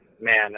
man